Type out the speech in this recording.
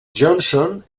johnson